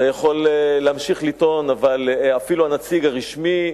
אתה יכול להמשיך לטעון, אבל אפילו הנציג הרשמי,